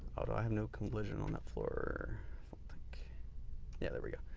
oh, do i have no convolution on that for yeah, there we go.